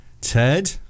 Ted